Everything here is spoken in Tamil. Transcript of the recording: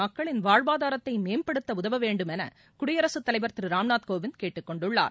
மக்களின் வாழ்வாதாரத்தை மேம்படுத்த உதவ வேண்டும் என குடியரசுத் தலைவர் திரு ராம்நாத் கோவிந்த் கேட்டுக்கொண்டுள்ளார்